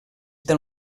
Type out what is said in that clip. del